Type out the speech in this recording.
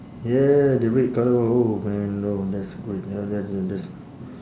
yeah the red colour one oh man oh that's good ya that's that's